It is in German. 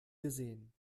gesehen